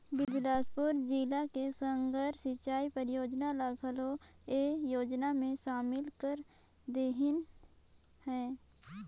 बेलासपुर जिला के सारंग सिंचई परियोजना ल घलो ए योजना मे सामिल कर देहिनह है